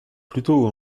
plutôt